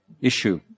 issue